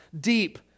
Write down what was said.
deep